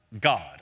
God